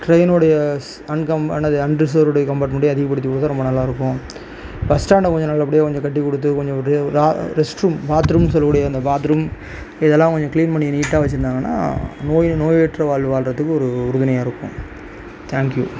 ட்ரெயினோடைய ஸ் அன் கம் என்னது அன் ரிசர்வ்டு கம்பார்ட்மெண்ட்டையும் அதிகப்படுத்தி கொடுத்தா ரொம்ப நல்லாருக்கும் பஸ் ஸ்டாண்டை கொஞ்சம் நல்லபடியாக கொஞ்சம் கட்டி கொடுத்து கொஞ்சம் அப்டே ரா ரெஸ்ட் ரூம் பாத்ரூம் சொல்லக் கூடிய அந்த பாத்ரூம் இதெல்லாம் கொஞ்சம் க்ளீன் பண்ணி நீட்டாக வச்சுருந்தாங்கன்னா நோய் நோயற்ற வாழ்வு வாழ்றதுக்கு ஒரு உறுதுணையாக இருக்கும் தேங்க் யூ